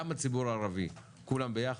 גם בציבור הערבי כולם ביחד,